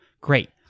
great